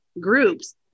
groups